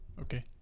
Okay